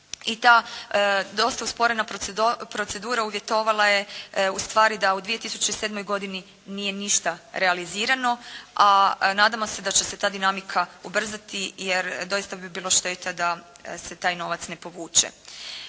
I ta dosta usporena procedura uvjetovala je ustvari da u 2007. godini nije ništa realizirano, a nadamo se da će se ta dinamika ubrzati jer doista bi bila šteta da se taj novac ne povuče.